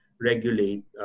regulate